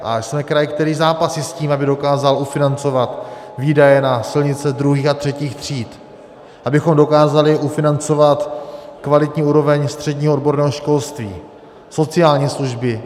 Jsme krajem, který zápasí s tím, aby dokázal ufinancovat výdaje na silnice druhých a třetích tříd, abychom dokázali ufinancovat kvalitní úroveň středního odborného školství, sociální služby.